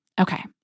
Okay